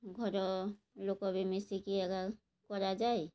ଘରଲୋକ ବି ମିଶିକି ଏଗା କରାଯାଏ